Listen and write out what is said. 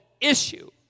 issue